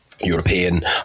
european